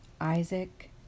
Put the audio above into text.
Isaac